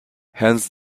hence